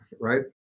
right